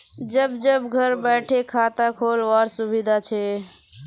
जब जब घर बैठे खाता खोल वार सुविधा छे